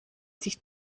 sich